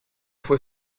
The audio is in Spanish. fue